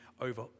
over